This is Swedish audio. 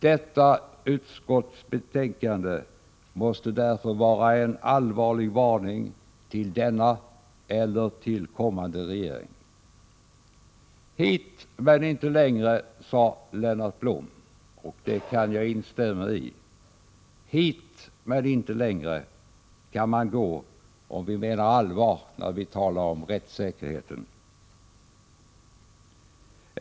Detta utskottsbetänkande måste därför vara en allvarlig varning till denna eller till kommande regering. Hit men inte längre, sade Lennart Blom, och jag instämmer i det. Hit men inte längre kan man gå, om vi menar allvar när vi talar om rättssäkerhet.